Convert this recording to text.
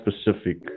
specific